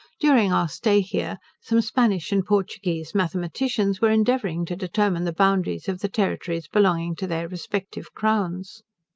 during our stay here, some spanish and portuguese mathematicians were endeavouring to determine the boundaries of the territories belonging to their respective crowns.